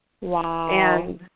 Wow